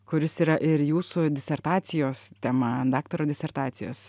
kuris yra ir jūsų disertacijos tema daktaro disertacijos